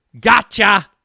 gotcha